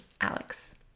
alex